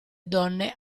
donne